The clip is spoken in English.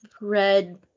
red